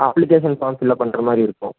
application form fill up பண்ணுறமாரி இருக்கும்